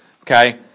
okay